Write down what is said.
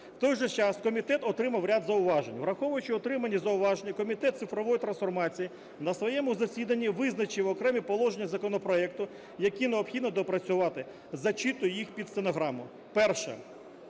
У той же час комітет отримав ряд зауважень. Враховуючи отримані зауваження, Комітет цифрової трансформації на своєму засіданні визначив окремі положення законопроекту, які необхідно доопрацювати. Зачитую їх під стенограму. Перше.